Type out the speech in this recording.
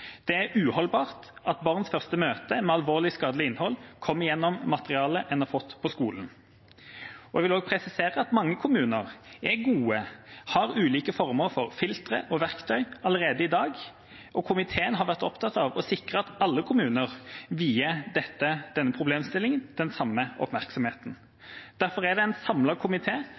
Det er uholdbart at barns første møte med alvorlig skadelig innhold kommer gjennom materiale de har fått på skolen. Jeg vil også presisere at mange kommuner er gode, har ulike former for filtre og verktøy allerede i dag, og komiteen har vært opptatt av å sikre at alle kommuner vier denne problemstillingen den samme oppmerksomheten. Derfor er det en